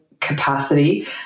capacity